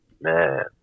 Man